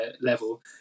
level